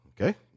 okay